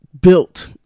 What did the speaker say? built